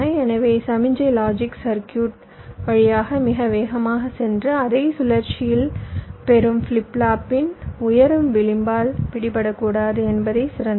எனவே சமிக்ஞை logic circuit வழியாக மிக வேகமாகச் சென்று அதே சுழற்சியின் பெறும் ஃபிளிப் ஃப்ளாப்பின் உயரும் விளிம்பால் பிடிக்கப்படக்கூடாது என்பதே சிறந்தது